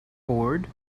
bored